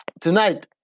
Tonight